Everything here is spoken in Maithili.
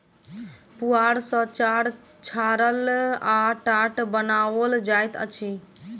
पुआर सॅ चार छाड़ल आ टाट बनाओल जाइत अछि